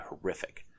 horrific